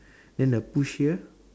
then the push here